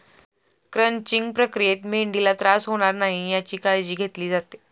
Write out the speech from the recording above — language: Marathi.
क्रंचिंग प्रक्रियेत मेंढीला त्रास होणार नाही याची काळजी घेतली जाते